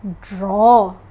draw